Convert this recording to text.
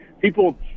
people